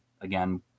again